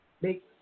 make